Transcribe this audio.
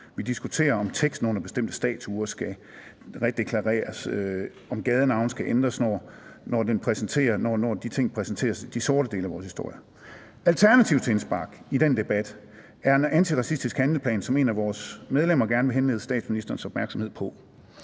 Vi diskuterer, om teksten under bestemte statuer skal redeklareres, om gadenavne skal ændres, når de præsenterer sorte dele af vores historie. Alternativets indspark i den debat er en antiracistisk handleplan, som et af vores medlemmer gerne vil henlede statsministerens opmærksomhed på.